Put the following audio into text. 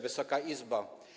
Wysoka Izbo!